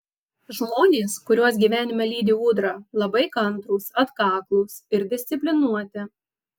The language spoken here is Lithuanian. žmonės kuriuos gyvenime lydi ūdra labai kantrūs atkaklūs ir disciplinuoti